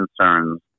concerns